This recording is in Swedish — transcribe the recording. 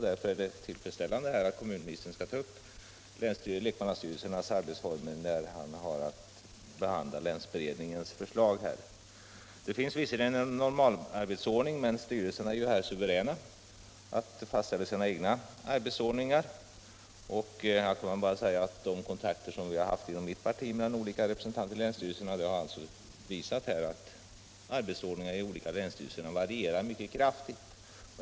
Därför är det tillfredsställande att kommunministern skall ta upp frågan om lekmannastyrelsernas arbetsformer när han har att behandla länsberedningens förslag. Det finns visserligen en normalarbetsordning, men styrelserna är här suveräna att fastställa sina egna arbetsordningar, och de kontakter som vi har haft inom mitt parti mellan olika representanter i länsstyrelserna har visat att arbetsordningarna i de olika länsstyrelserna varierar mycket kraftigt.